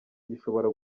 gishobora